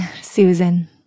Susan